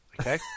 okay